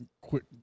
quick